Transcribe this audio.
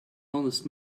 honest